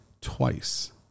twice